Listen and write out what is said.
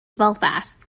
belfast